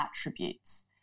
attributes